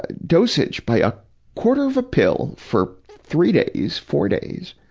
dosage by a quarter of a pill for three days, four days,